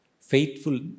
Faithful